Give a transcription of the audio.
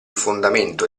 fondamento